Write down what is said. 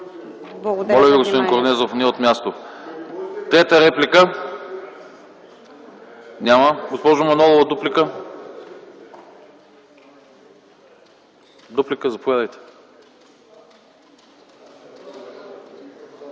Благодаря за вниманието.